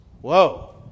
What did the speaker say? whoa